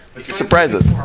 Surprises